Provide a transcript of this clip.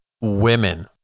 women